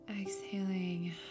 exhaling